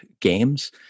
games